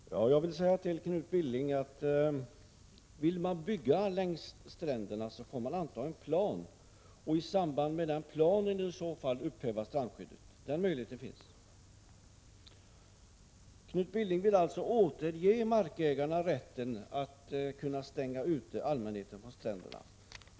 Herr talman! Jag vill säga till Knut Billing att om en kommun vill bygga längs stränderna får kommunen anta en plan och se till att strandskyddet upphävs i samband med den planen. Den möjligheten finns. Knut Billing vill alltså återge markägarna rätten att utestänga allmänheten från stränderna.